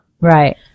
Right